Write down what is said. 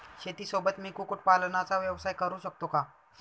शेतीसोबत मी कुक्कुटपालनाचा व्यवसाय करु शकतो का?